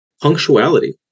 punctuality